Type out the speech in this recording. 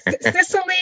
Sicily